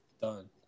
done